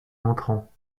entrant